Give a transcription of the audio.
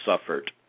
suffered